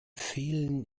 fehlen